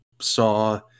Saw